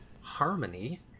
Harmony